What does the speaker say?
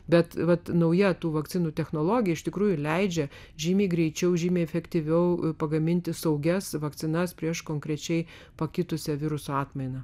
bet vat nauja tų vakcinų technologija iš tikrųjų leidžia žymiai greičiau žymiai efektyviau pagaminti saugias vakcinas prieš konkrečiai pakitusią viruso atmaina